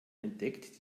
entdeckt